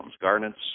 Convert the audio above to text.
garnets